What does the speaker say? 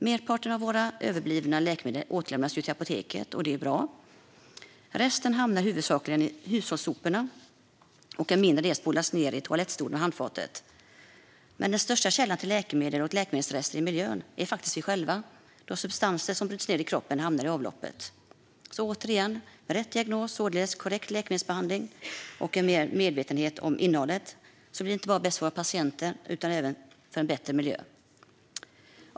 Merparten av våra överblivna läkemedel återlämnas till apoteket, och det är bra. Resten hamnar huvudsakligen i hushållssoporna, och en mindre del spolas ned i toalettstolen och handfatet. Men den största källan till läkemedel och läkemedelsrester i miljön är faktiskt vi själva då substanser som bryts ned i kroppen hamnar i avloppet. Återigen: Med rätt diagnos och således korrekt läkemedelsbehandling och mer medvetenhet om innehållet blir det inte bara bäst för våra patienter utan vi bidrar även till en bättre miljö.